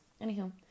Anyhow